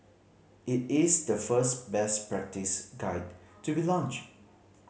it is the first best practice guide to be launched